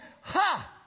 Ha